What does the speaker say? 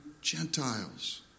Gentiles